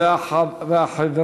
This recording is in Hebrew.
שם